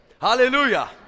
hallelujah